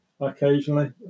occasionally